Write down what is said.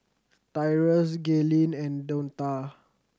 Tyrus Gaylene and Donta